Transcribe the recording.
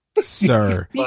sir